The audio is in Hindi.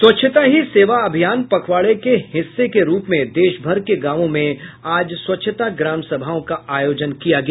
स्वच्छता ही सेवा अभियान पखवाड़े के हिस्से के रूप में देशभर के गांवों में आज स्वच्छता ग्राम सभाओं का आयोजन किया गया